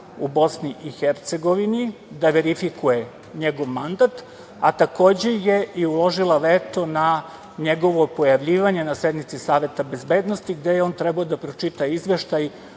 namesnika u BiH, da verifikuje njegov mandat, a takođe je i uložila veto na njegovo pojavljivanje na sednici Saveta bezbednosti, gde je on trebao da pročita izveštaj